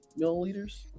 milliliters